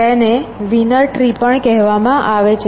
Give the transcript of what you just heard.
તેને winner tree પણ કહેવામાં આવે છે